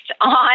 on